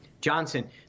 Johnson